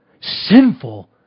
sinful